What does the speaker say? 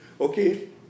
Okay